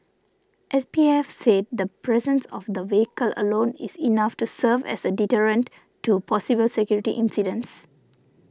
S P F said the presence of the vehicle alone is enough to serve as a deterrent to possible security incidents